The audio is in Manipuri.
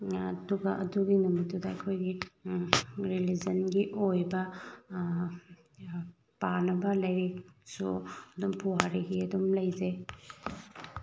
ꯑꯗꯨꯒ ꯑꯗꯨꯒꯤ ꯅꯨꯃꯤꯠꯇꯨꯗ ꯑꯩꯈꯣꯏꯒꯤ ꯔꯤꯂꯤꯖꯟꯒꯤ ꯑꯣꯏꯕ ꯄꯥꯅꯕ ꯂꯥꯏꯔꯤꯛꯁꯨ ꯑꯗꯨꯝ ꯄꯨꯋꯥꯔꯤꯒꯤ ꯑꯗꯨꯝ ꯂꯩꯖꯩ